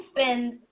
spend